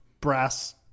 brass